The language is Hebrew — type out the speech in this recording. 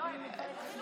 תוסיפי